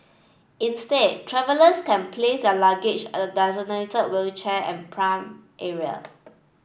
instead travellers can place their luggage at the designated wheelchair and pram area